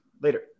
later